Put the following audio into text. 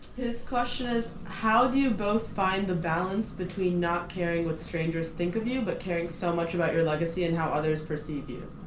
his question is how do you both find the balance between not caring what strangers think of you but caring so much about your legacy and how others perceive you?